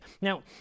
Now